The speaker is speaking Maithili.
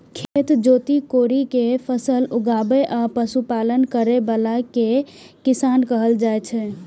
खेत जोति कोड़ि कें फसल उगाबै आ पशुपालन करै बला कें किसान कहल जाइ छै